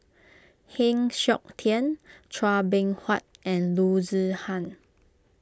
Heng Siok Tian Chua Beng Huat and Loo Zihan